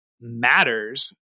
matters